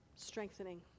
strengthening